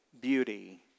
beauty